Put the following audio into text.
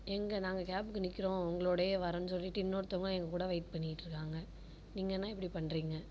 எங்கே நாங்கள் கேப்க்கு நிற்கிறோம் உங்களுடைய வரேன்னு சொல்லிகிட்டு இன்னொருத்தவங்க எங்கள் கூட வெயிட் பண்ணிகிட்ருக்காங்க நீங்கள் என்ன இப்படி பண்ணுறீங்க